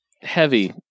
heavy